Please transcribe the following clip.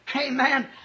Amen